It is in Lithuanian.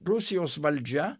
rusijos valdžia